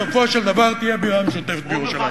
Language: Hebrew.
בסופו של דבר תהיה בירה משותפת בירושלים.